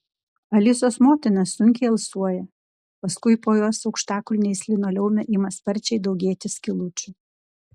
alisos motina sunkiai alsuoja paskui po jos aukštakulniais linoleume ima sparčiai daugėti skylučių